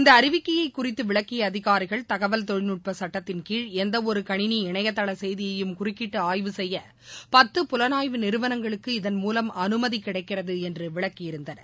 இந்தஅறிவிக்கையைகுறித்துவிளக்கியஅதிகாரிகள் தகவல் தொழில்நுட்பசுட்டத்தின் கீழ் எந்தஒருகணினி இணையதளசெய்தியையும் குறிக்கிட்டுஆய்வு செய்யபத்து புலனாய்வு நிறுவனங்களுக்கு இதன்மூலம் அனுமதிகிடைக்கிறதுஎன்றுவிளக்கியிருந்தார்கள்